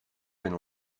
been